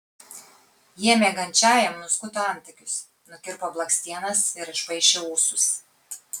jie miegančiajam nuskuto antakius nukirpo blakstienas ir išpaišė ūsus